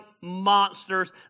monsters